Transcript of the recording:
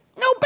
No